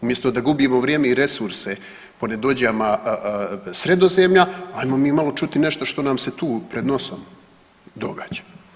Umjesto da gubimo vrijeme i resurse o nedođama Sredozemlja ajmo mi malo čuti i nešto što nam se tu pred nosom događa.